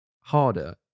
harder